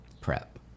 prep